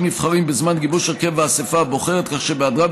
נבחרים בזמן גיבוש הרכב האספה הבוחרת כך שבהיעדרם,